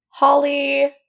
Holly